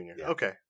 Okay